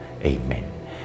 Amen